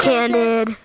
Candid